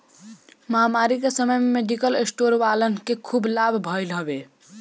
महामारी के समय मेडिकल स्टोर वालन के खूब लाभ भईल हवे